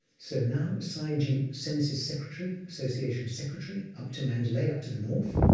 so now sayagyi sends his secretary, association secretary, up to mandalay, up to the north,